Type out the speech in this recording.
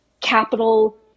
capital